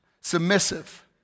Submissive